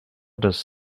does